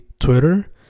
Twitter